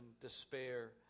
despair